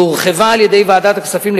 והורחבה על-ידי ועדת הכספים.